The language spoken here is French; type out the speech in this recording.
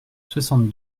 soixante